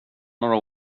några